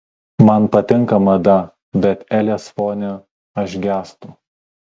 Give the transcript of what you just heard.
man patinka mada bet elės fone aš gęstu